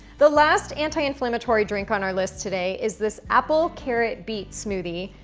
the last anti inflammatory drink on our list today is this apple carrot beet smoothie.